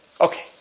Okay